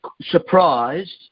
surprised